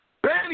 Benny